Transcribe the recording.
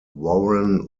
warren